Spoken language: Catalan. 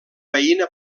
veïna